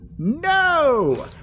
No